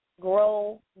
grow